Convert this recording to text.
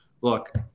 look